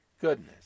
goodness